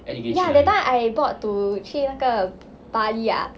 ya that time I bought to 去那个 bali ah